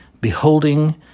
beholding